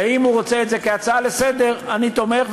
אם הוא רוצה להעביר את זה כהצעה לסדר-היום אני תומך,